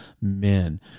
men